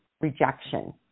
Rejection